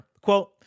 Quote